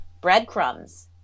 breadcrumbs